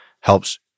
helps